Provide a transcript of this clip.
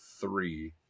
three